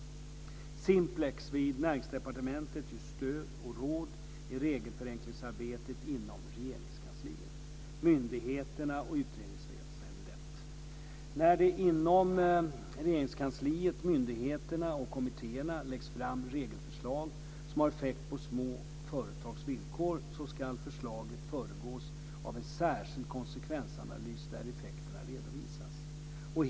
Simplex vid Näringsdepartementet ger stöd och råd i regelförenklingsarbetet inom Regeringskansliet, myndigheterna och utredningsväsendet. När det inom Regeringskansliet, myndigheterna och kommittéerna läggs fram regelförslag som har effekter på små företags villkor ska förslaget föregås av en särskild konsekvensanalys där effekterna redovisas.